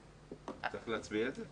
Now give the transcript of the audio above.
צריך להצביע על זה?